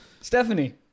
Stephanie